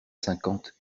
cinquante